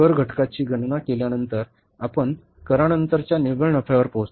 कर घटकाची गणना केल्यानंतर आपण करानंतर च्या निव्वळ नफ्यावर पोहोचता